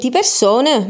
persone